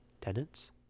Tenants